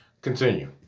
Continue